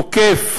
שתוקף